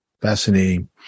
Fascinating